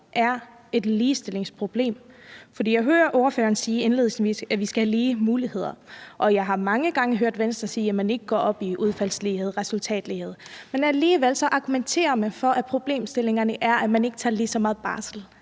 er et ligestillingsproblem? For jeg hører ordføreren sige indledningsvis, at vi skal have lige muligheder, og jeg har mange gange hørt Venstre sige, at man ikke går op i udfaldslighed og resultatlighed, men alligevel argumenterer man for, at problemstillingerne er, at man ikke tager lige meget barsel,